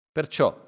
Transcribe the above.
Perciò